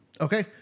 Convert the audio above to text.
Okay